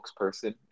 spokesperson